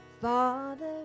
Father